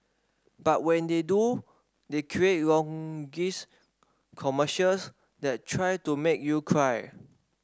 but when they do they create longish commercials that try to make you cry